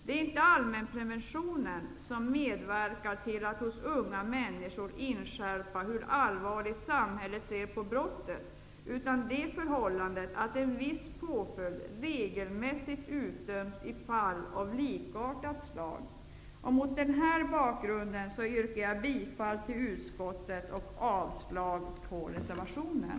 Det är inte med allmänprevention som man medverkar till att hos unga människor inskärpa hur allvarligt samhället ser på brottet, utan genom att regelmässigt utdöma viss påföljd för fall av likartat slag. Fru talman! Mot denna bakgrund yrkar jag bifall till utskottets hemställan och avslag på reservationen.